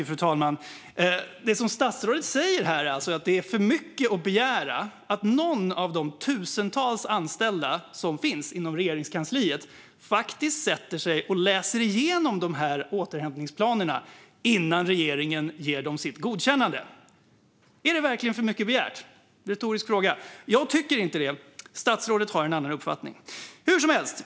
Fru talman! Statsrådet säger alltså här att det är för mycket att begära att någon av de tusentals anställda som finns inom Regeringskansliet faktiskt sätter sig och läser igenom återhämtningsplanerna innan regeringen ger dem sitt godkännande. Är det verkligen för mycket begärt? Det är en retorisk fråga. Jag tycker inte så. Statsrådet har en annan uppfattning. Hur som helst!